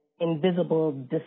invisible